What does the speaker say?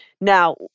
Now